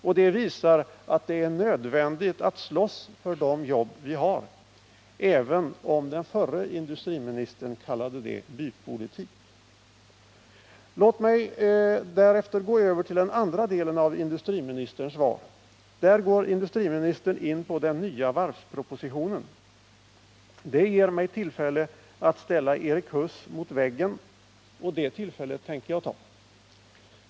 Och det visar att det är nödvändigt att slåss för de jobb vi har, ävenom Nr 35 förre industriministern kallar det bypolitik. Låt mig därför gå över till den andra delen av industriministerns svar. Där går industriministern in på den nya varvspropositionen. Det ger mig tillfälle att ställa Erik Huss mot väggen, och det tillfället tänker jag ta.